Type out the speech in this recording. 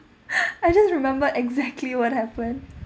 I just remember exactly what happened